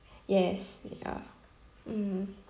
yes ya mm